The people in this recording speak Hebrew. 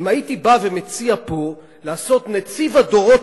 אם הייתי בא ומציע פה לעשות נציב הדורות